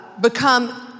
become